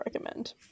recommend